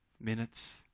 minutes